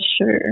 sure